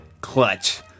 clutch